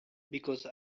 because